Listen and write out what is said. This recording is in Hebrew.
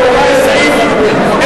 אם כן,